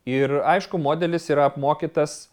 ir aišku modelis yra apmokytas